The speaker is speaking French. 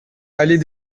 allée